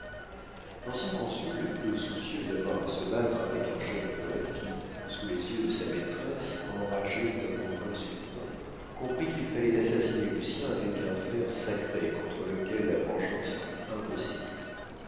l'ancien consul peu soucieux d'avoir à se battre avec un jeune poète qui sous les yeux de sa maîtresse enragerait d'un mot insultant comprit qu'il fallait assassiner lucien avec un fer sacré contre lequel la vengeance fût impossible